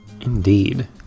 Indeed